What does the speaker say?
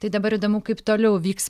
tai dabar įdomu kaip toliau vyks